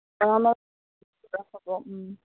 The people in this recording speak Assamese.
অঁ ন হ'ব